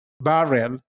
barrel